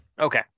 Okay